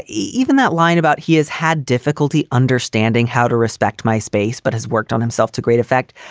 even that line about he has had difficulty understanding how to respect my space, but has worked on himself to great effect